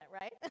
right